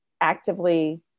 actively